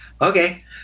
okay